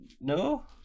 No